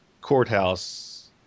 courthouse